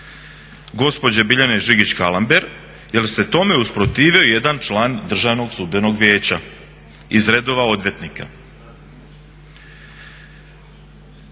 gospođe Biljane Žigić-Kalember jer se tome usprotivio jedan član Državnog sudbenog vijeća iz redova odvjetnika.